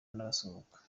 n’abasohoka